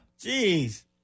jeez